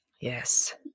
Yes